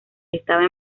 estaba